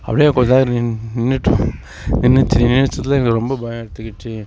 அப்படியே கொஞ்ச நேரம் நின் நின்றுட்டோம் நின்றுட்டு நின்றுட்டுதுல எங்களுக்கு ரொம்ப பயம் எடுத்துக்கிச்சு